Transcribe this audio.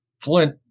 Flint